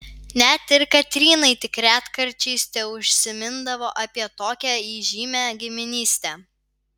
net ir katrynai tik retkarčiais teužsimindavo apie tokią įžymią giminystę